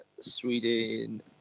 Sweden